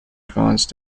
advanced